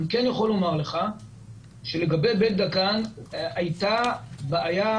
אני יכול לומר לך שלגבי בית דגן, הייתה בעיה